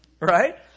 Right